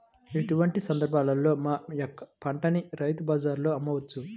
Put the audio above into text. ఎటువంటి సందర్బాలలో మా యొక్క పంటని రైతు బజార్లలో అమ్మవచ్చు?